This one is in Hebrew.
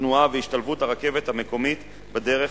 התנועה והשתלבות הרכבת המקומית בדרך,